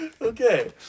Okay